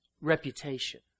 reputation